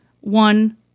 one